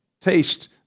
taste